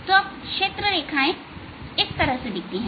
तो अब क्षेत्र रेखाएं इस तरह से दिखती हैं